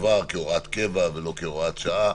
עבר כהוראת קבע ולא כהוראת שעה.